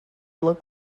look